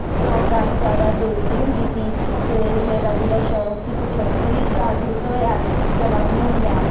programme ਜ਼ਿਆਦਾ ਦੇਖਦੀ ਹੁੰਦੀ ਸੀ ਅਤੇ ਮੇਰਾ ਜਿਹੜਾ ਸ਼ੌਂਕ ਸੀ ਕੁਛ ਉੱਥੋਂ ਵੀ ਜਾਗਰੂਕ ਹੋਇਆ ਕਲਾ ਬਣਉਣ ਦਾ